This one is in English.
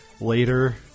later